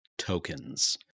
Tokens